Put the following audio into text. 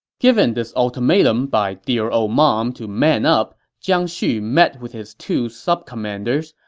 given this ultimatum by dear ol' mom to man up, jiang xu met with his two sub-commanders,